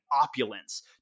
opulence